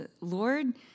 Lord